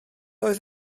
oedd